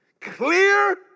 clear